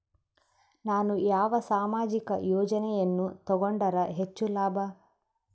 ನಾನು ಯಾವ ಸಾಮಾಜಿಕ ಯೋಜನೆಯನ್ನು ತಗೊಂಡರ ಹೆಚ್ಚು ಲಾಭ?